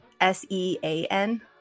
S-E-A-N